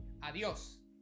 Adiós